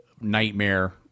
nightmare